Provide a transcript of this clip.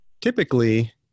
typically